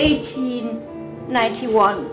eighteen ninety one